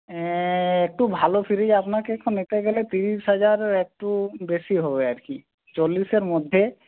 একটু ভালো ফ্রিজ আপনাকে এখন নিতে গেলে তিরিশ হাজার একটু বেশী হবে আর কি চল্লিশের মধ্যে